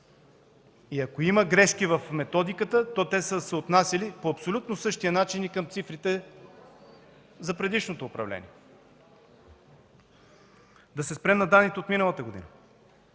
И ако има грешки в методиката, то те са се отнасяли по абсолютно същия начин и към цифрите за предишното управление. Да се спрем на данните от миналата година.